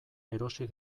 erosi